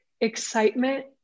excitement